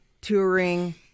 Touring